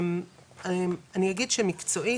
אני אגיד שמקצועית,